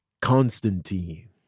Constantine